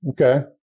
Okay